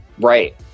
Right